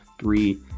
three